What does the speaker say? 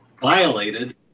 violated